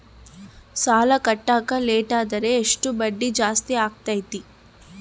ಸಾಲ ಕಟ್ಟಾಕ ಲೇಟಾದರೆ ಎಷ್ಟು ಬಡ್ಡಿ ಜಾಸ್ತಿ ಆಗ್ತೈತಿ?